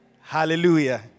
Hallelujah